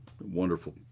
wonderful